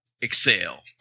Excel